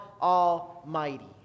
Almighty